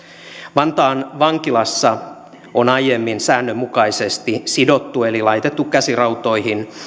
vantaan vankilassa on aiemmin säännönmukaisesti sidottu eli laitettu käsirautoihin